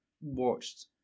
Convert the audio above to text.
watched